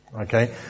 Okay